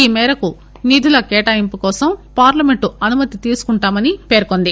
ఈ మేరకు నిధుల కేటాయింపు కోసం పార్లమెంటు అనుమతి తీసుకుంటామని పేర్కొంది